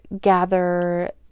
gather